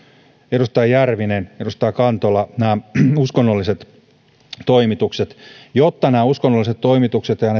edustaja järvinen edustaja kantola nämä uskonnolliset toimitukset jotta uskonnolliset toimitukset ja ja